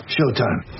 Showtime